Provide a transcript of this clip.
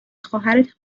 خواهرت